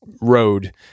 road